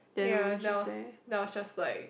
ya then I was then I was just like